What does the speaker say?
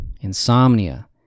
insomnia